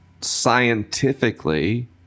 scientifically